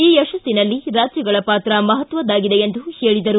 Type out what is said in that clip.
ಈ ಯಶಸ್ಸಿನಲ್ಲಿ ರಾಜ್ಯಗಳ ಪಾತ್ರ ಮಹತ್ವದ್ದಾಗಿದೆ ಎಂದು ಹೇಳಿದರು